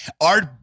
Art